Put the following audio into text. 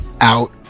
out